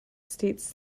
states